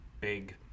big